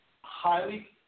highly